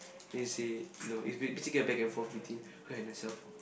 then you say no it's ba~ basically a back and forth between her and herself